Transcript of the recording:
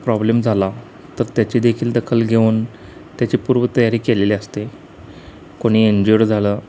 problem झाला तर त्याची देखील दखल घेऊन त्याची पूर्व तयारी केलेली असते कोणी इन्जुअर झालं